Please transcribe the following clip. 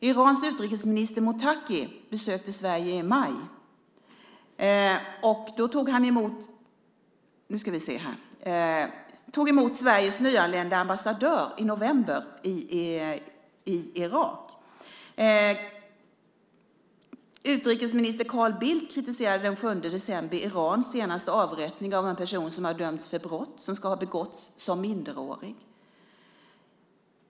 Irans utrikesminister Mottaki besökte Sverige i maj, och han tog emot Sveriges nyanlände ambassadör i november i Iran. Utrikesminister Carl Bildt kritiserade den 7 december Irans senaste avrättning av en person som dömts för brott som han ska ha begått som minderårig.